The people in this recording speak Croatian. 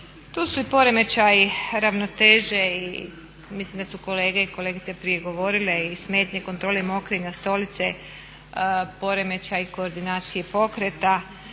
Tu su i poremećaji ravnoteže i mislim da su kolege i kolegice prije govorile i smetnje kontrole mokrenja, stolice, poremećaj koordinacije pokreta,